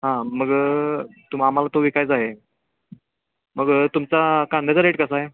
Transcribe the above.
हां मग तुम आम्हाला तो विकायचा आहे मग तुमचा कांद्याचा रेट कसा आहे